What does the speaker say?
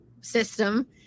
system